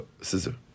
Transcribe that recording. scissor